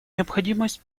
необходимость